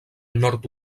nord